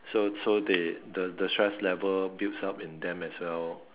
so so they the the stress level builds up in them as well